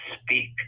speak